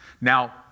Now